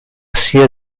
sia